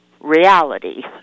reality